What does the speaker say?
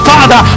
Father